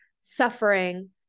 suffering